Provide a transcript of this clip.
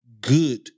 good